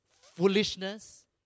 foolishness